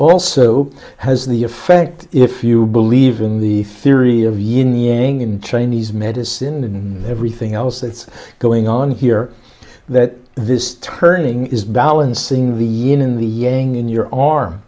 also has the effect if you believe in the theory of yin yang in chinese medicine and everything else that's going on here that this turning is balancing the union the yang in your arm